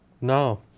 No